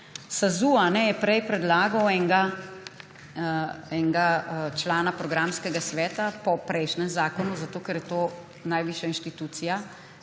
SAZU je prej predlagal enega člana programskega sveta po prejšnjem zakonu, zato ker je to najvišja inštitucija